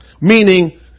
Meaning